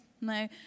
No